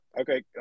Okay